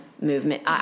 Movement